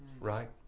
right